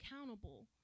accountable